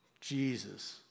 Jesus